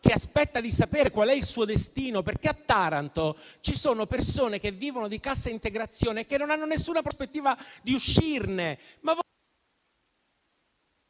che aspetta di sapere qual è il suo destino. A Taranto ci sono infatti persone che vivono di cassa integrazione e che non hanno nessuna prospettiva di uscirne...